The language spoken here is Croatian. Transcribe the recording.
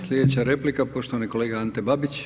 Slijedeća replika poštovani kolega Ante Babić,